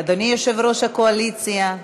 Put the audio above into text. אדוני יושב-ראש הקואליציה,